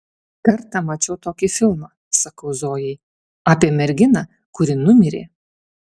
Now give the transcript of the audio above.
kartą mačiau tokį filmą sakau zojai apie merginą kuri numirė